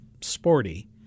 sporty